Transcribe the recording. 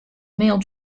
mail